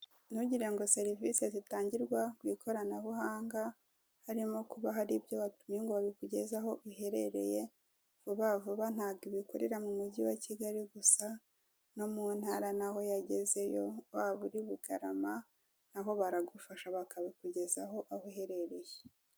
Ntugirengo serivise zitangirwa mw'ikoranabuhanga harimo kuba haribyo watumye ngo babikugezeho aho uherereye vuba vuba ntago ibikorera m'umugi wa kigali gusa no muntara naho yagezeyo, waba uri bugarama naho baragufasha bakabikugezaho aho uherereye.